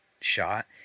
shot